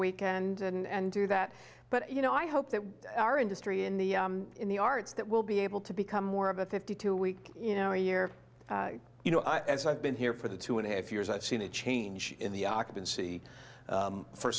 weekend and do that but you know i hope that our industry in the in the arts that will be able to become more of a fifty two week you know a year you know as i've been here for the two and a half years i've seen a change in the occupancy